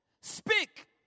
Speak